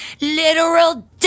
literal